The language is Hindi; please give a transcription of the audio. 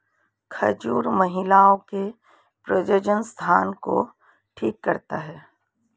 खजूर महिलाओं के प्रजननसंस्थान को ठीक करता है